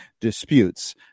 disputes